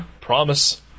Promise